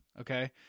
Okay